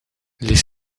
les